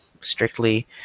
strictly